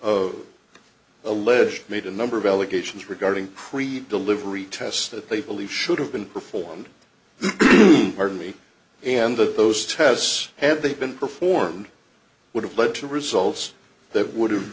of alleged made a number of allegations regarding creek delivery tests that they believe should have been performed me and that those tests had they been performed would have led to results that would have